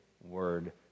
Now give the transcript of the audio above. Word